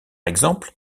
exemple